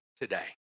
today